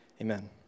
Amen